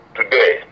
today